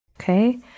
Okay